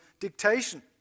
dictation